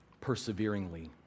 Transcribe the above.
perseveringly